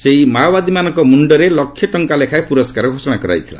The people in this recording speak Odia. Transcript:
ସେହି ମାଓବାଦୀମାନଙ୍କ ମୁଣ୍ଡରେ ଲକ୍ଷେ ଟଙ୍କା ଲେଖାଏଁ ପୁରସ୍କାର ଘୋଷଣା କରାଯାଇଥିଲା